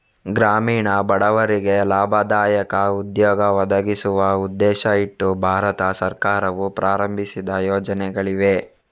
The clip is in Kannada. ಗ್ರಾಮೀಣ ಬಡವರಿಗೆ ಲಾಭದಾಯಕ ಉದ್ಯೋಗ ಒದಗಿಸುವ ಉದ್ದೇಶ ಇಟ್ಟು ಭಾರತ ಸರ್ಕಾರವು ಪ್ರಾರಂಭಿಸಿದ ಯೋಜನೆಗಳಿವೆ